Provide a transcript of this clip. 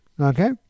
Okay